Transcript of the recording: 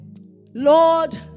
Lord